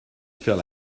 faire